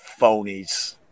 phonies